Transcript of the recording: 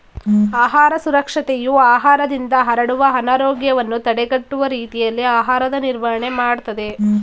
ಆಹಾರ ಸುರಕ್ಷತೆಯು ಆಹಾರದಿಂದ ಹರಡುವ ಅನಾರೋಗ್ಯವನ್ನು ತಡೆಗಟ್ಟುವ ರೀತಿಯಲ್ಲಿ ಆಹಾರದ ನಿರ್ವಹಣೆ ಮಾಡ್ತದೆ